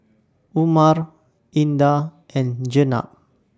Umar Indah and Jenab